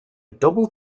double